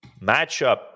matchup